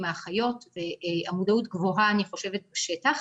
עם האחיות והמודעות גבוהה אני חושבת בשטח.